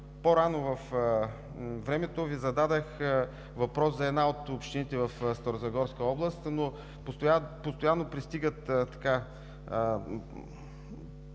По-рано във времето Ви зададох въпрос за една от общините в Старозагорска област, но постоянно пристигат сигнали